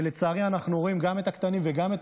ולצערי אנחנו רואים גם את הקטנים וגם את